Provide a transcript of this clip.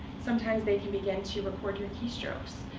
sometimes they can begin to record your keystrokes.